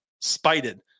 spited